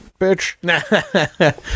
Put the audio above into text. bitch